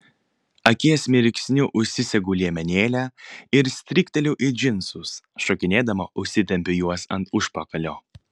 akies mirksniu užsisegu liemenėlę ir strykteliu į džinsus šokinėdama užsitempiu juos ant užpakalio